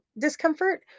discomfort